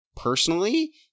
personally